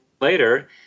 later